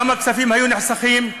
כמה כספים היו נחסכים,